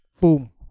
Boom